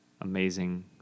Amazing